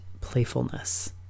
playfulness